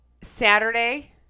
Saturday